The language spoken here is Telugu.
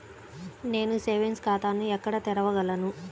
నేను సేవింగ్స్ ఖాతాను ఎక్కడ తెరవగలను?